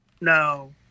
No